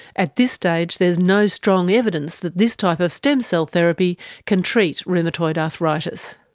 at this stage there's no strong evidence that this type of stem cell therapy can treat rheumatoid arthritis.